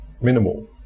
minimal